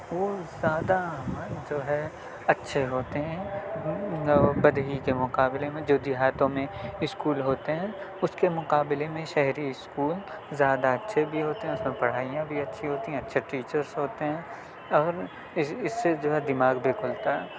وہ زیادہ جو ہے اچھے ہوتے ہیں بدہی کے مقابلے میں جو دیہاتوں میں اسکول ہوتے ہیں اس کے مقابلے میں شہری اسکول زیادہ اچھے بھی ہوتے ہیں اس میں پڑھائیاں بھی اچھی ہوتی ہیں اچھے ٹیچرس ہوتے ہیں اور اس اس سے دماغ بھی کھلتا ہے